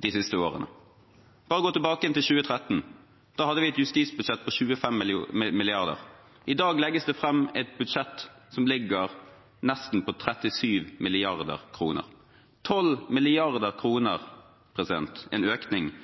de siste årene. I 2013 hadde vi et justisbudsjett på 25 mrd. kr. I dag legges det fram et budsjett som ligger på nesten 37 mrd. kr, 12 mrd. kr mer – en økning